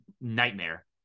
nightmare